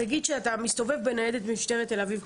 נניח כשאתה מסתובב בניידת משטרת תל אביב,